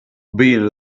being